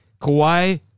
Kawhi